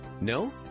No